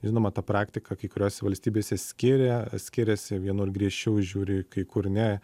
žinoma ta praktika kai kuriose valstybėse skiria skiriasi vienur griežčiau žiūri kai kur ne